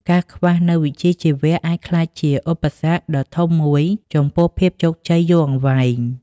ការខ្វះនូវវិជ្ជាជីវៈអាចក្លាយជាឧបសគ្គដ៏ធំមួយចំពោះភាពជោគជ័យយូរអង្វែង។